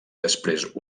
després